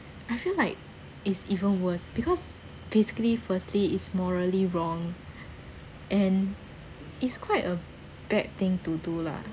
I feel like it's even worse because basically firstly is morally wrong and it's quite a bad thing to do lah